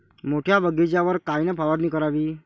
मोठ्या बगीचावर कायन फवारनी करावी?